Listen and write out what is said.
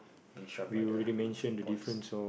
being shout by the boys